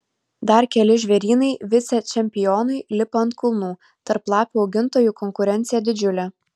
dar keli žvėrynai vicečempionui lipa ant kulnų tarp lapių augintojų konkurencija didžiulė